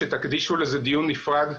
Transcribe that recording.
שתקדישו לזה דיון נפרד,